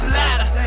ladder